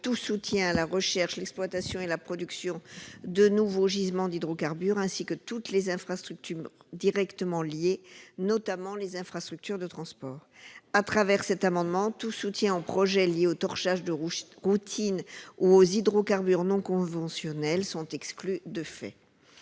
tout soutien à la recherche, à l'exploitation ou à la production de nouveaux gisements d'hydrocarbures, ainsi qu'à toutes les infrastructures directement liées, notamment les infrastructures de transport. Dès lors, tout soutien aux projets liés au torchage de routine ou aux hydrocarbures non conventionnels serait exclu de fait.